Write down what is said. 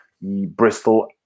Bristol